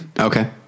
Okay